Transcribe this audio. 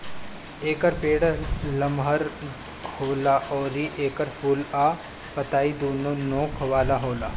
एकर पेड़ लमहर होला अउरी एकर फूल आ पतइ दूनो नोक वाला होला